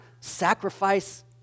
sacrifice